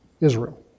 Israel